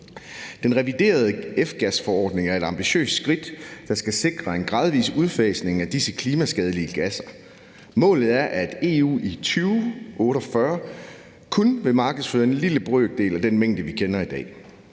Den reviderede F-gas-forordning er et ambitiøst skridt, der skal sikre en gradvis udfasning af disse klimaskadelige gasser. Målet er, at EU i 2048 kun vil markedsføre en lille brøkdel af den mængde, vi kender i dag.